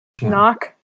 Knock